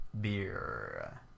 beer